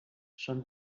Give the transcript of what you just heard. són